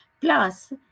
Plus